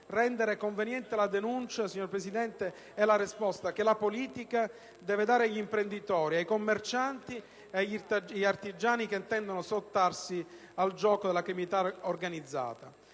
Rendere conveniente la denuncia, signora Presidente, è la risposta che la politica deve dare agli imprenditori, ai commercianti e agli artigiani che intendono sottrarsi al gioco della criminalità organizzata.